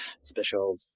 special